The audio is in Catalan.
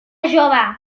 jove